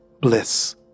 bliss